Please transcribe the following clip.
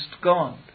God